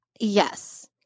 Yes